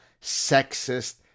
sexist